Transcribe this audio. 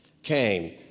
came